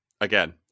Again